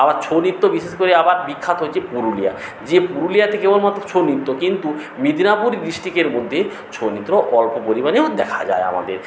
আবার ছৌ নৃত্য বিশেষ করে আবার বিখ্যাত হয়েছে পুরুলিয়ায় যে পুরুলিয়াতে কেবলমাত্র ছৌ নৃত্য কিন্তু মেদিনীপুর ডিস্ট্রিক্টের মধ্যে ছৌ নৃত্য অল্প পরিমাণেও দেখা যায় আমাদের